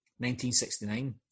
1969